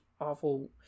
awful